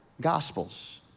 gospels